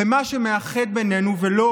במה שמאחד בינינו, ולא